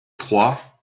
trois